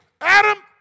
Adam